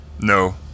no